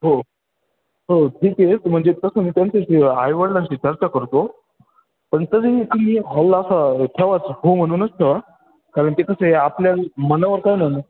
हो हो ठीक आहे म्हणजे तसं मी त्यांच्याशी आईवडिलांशी चर्चा करतो पण तरी तुम्ही हॉल असा ठेवाच हो म्हणूनच ठेवा कारण की कसं आहे आपल्या मनावर काय ना